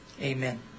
Amen